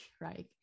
right